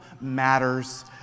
matters